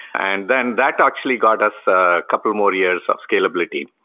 and then that actually got us a couple more years of scalability.